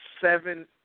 seven